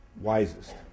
wisest